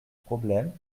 problème